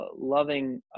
loving